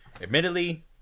admittedly